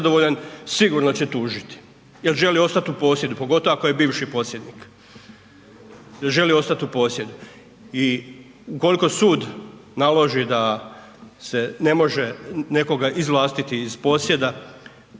nezadovoljan, sigurno će tužiti jer želi ostati u posjedu pogotovo ako je bivši posjednik. Želi ostati u posjedu i ukoliko sud naloži da se ne može nekoga izvlastiti iz posjeda